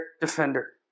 defender